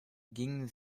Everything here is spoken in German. gingen